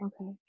Okay